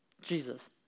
Jesus